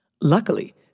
Luckily